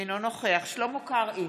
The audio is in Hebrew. אינו נוכח שלמה קרעי,